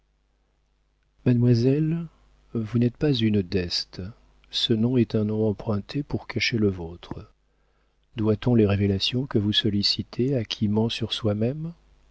mademoiselle vous n'êtes pas une d'este ce nom est un nom emprunté pour cacher le vôtre doit-on les révélations que vous sollicitez à qui ment sur soi-même